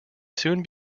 soon